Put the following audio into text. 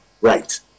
right